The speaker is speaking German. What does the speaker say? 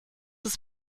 ist